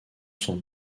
sans